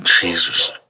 jesus